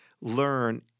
learn